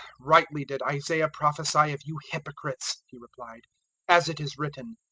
rightly did isaiah prophesy of you hypocrites, he replied as it is written,